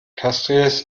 castries